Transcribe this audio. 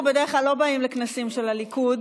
אנחנו בדרך כלל לא באים לכנסים של הליכוד,